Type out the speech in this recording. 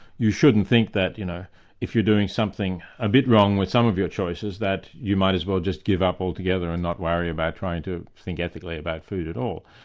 you shouldn't think that you know if you're doing something a bit wrong with some of your choices that you might as well just give up altogether and not worry about trying to think ethically about food at all.